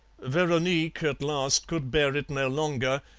veronique at last could bear it no longer,